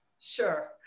Sure